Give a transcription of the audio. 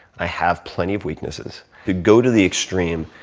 i have plenty of weaknesses. to go to the extreme